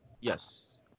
Yes